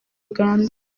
uganda